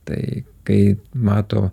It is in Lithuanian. tai kai mato